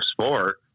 sport